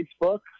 Facebook